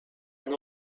and